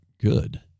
good